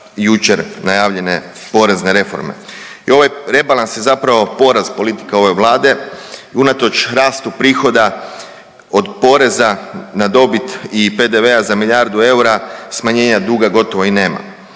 jučer najavljene porezne reforme. I ovaj rebalans je zapravo poraz politike ove Vlade unatoč rastu prihoda od poreza na dobit i PDV-a za milijardu eura smanjenja duga gotovo i nema.